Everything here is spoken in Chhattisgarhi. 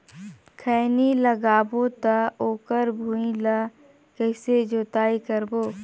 खैनी लगाबो ता ओकर भुईं ला कइसे जोताई करबो?